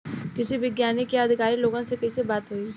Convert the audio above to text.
कृषि वैज्ञानिक या अधिकारी लोगन से कैसे बात होई?